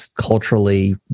culturally